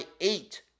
eight